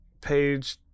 page